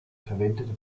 verwendete